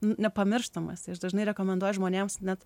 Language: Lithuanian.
nepamirštamas ir aš dažnai rekomenduoju žmonėms net